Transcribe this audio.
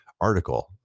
article